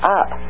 up